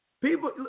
People